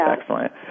excellent